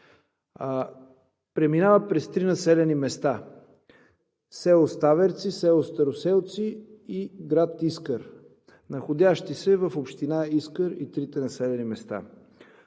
преминава през три населени места – село Ставерци, село Староселци и град Искър, находящи се в община Искър. Проблемът